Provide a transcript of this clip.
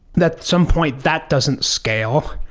that some point that doesn't scale.